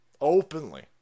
openly